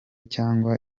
cyangwa